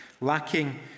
lacking